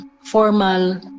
formal